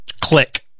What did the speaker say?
Click